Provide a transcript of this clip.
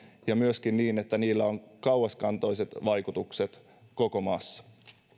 ja myöskin niin että niillä on kauaskantoiset vaikutukset koko maassa